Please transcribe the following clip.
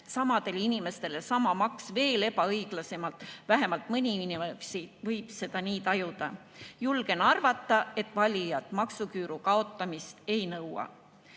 samadele inimestele sama maks veel ebaõiglasemalt, vähemalt mõni inimene võib seda nii tajuda. Julgen arvata, et valijad maksuküüru kaotamist ei nõua."